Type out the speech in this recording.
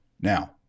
Now